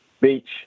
Beach